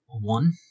One